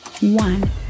one